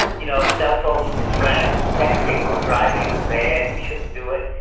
you know, cell phones distract. texting while driving is bad. you shouldn't do it.